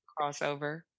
crossover